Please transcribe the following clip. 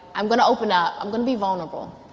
i'm going to open up. i'm going to be vulnerable.